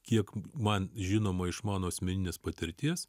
kiek man žinoma iš mano asmeninės patirties